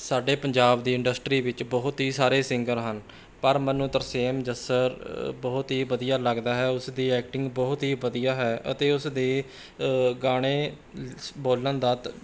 ਸਾਡੇ ਪੰਜਾਬ ਦੇ ਇੰਡਸਟਰੀ ਵਿੱਚ ਬਹੁਤ ਹੀ ਸਾਰੇ ਸਿੰਗਰ ਹਨ ਪਰ ਮੈਨੂੰ ਤਰਸੇਮ ਜੱਸਰ ਬਹੁਤ ਹੀ ਵਧੀਆ ਲੱਗਦਾ ਹੈ ਉਸ ਦੀ ਐਕਟਿੰਗ ਬਹੁਤ ਹੀ ਵਧੀਆ ਹੈ ਅਤੇ ਉਸ ਦੇ ਗਾਣੇ ਸ ਬੋਲਣ ਦਾ